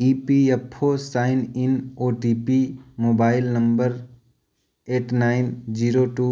E P F O sign in O T P mobile number eight nine zero to